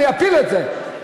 אני אפיל את זה.